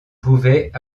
pouvaient